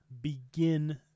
begin